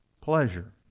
pleasure